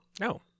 No